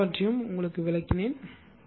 நான் எல்லாவற்றையும் விளக்கினேன்